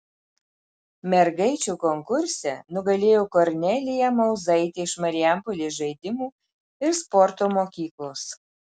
mergaičių konkurse nugalėjo kornelija mauzaitė iš marijampolės žaidimų ir sporto mokyklos